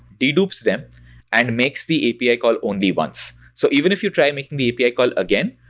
dedupes them and makes the api call only once. so even if you try and making the api call again,